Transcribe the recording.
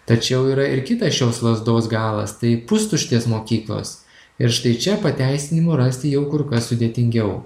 tačiau yra ir kitas šios lazdos galas tai pustuštės mokyklos ir štai čia pateisinimų rasti jau kur kas sudėtingiau